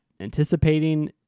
anticipating